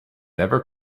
never